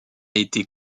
été